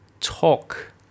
talk